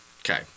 Okay